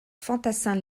fantassins